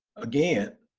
again,